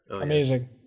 amazing